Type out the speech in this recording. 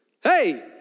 Hey